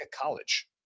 College